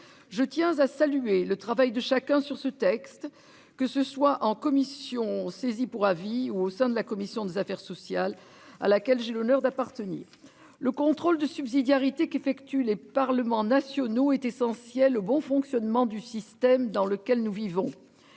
Je tiens à saluer le travail de chacun sur ce texte, que ce soit en commission saisie pour avis ou au sein de la commission des affaires sociales à laquelle j'ai l'honneur d'appartenir. Le contrôle de subsidiarité qu'effectuent les parlements nationaux est essentiel au bon fonctionnement du système dans lequel nous vivons.